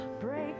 Break